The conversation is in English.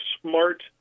Smart